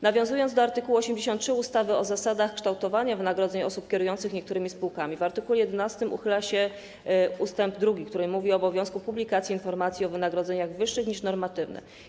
Nawiązując do art. 83 ustawy o zasadach kształtowania wynagrodzeń osób kierujących niektórymi spółkami, w art. 11 uchyla się ust. 2, który mówi o obowiązku publikacji informacji o wynagrodzeniach wyższych niż normatywne.